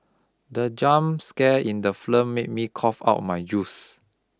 the jump scare in the film made me cough out my juice